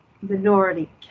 minority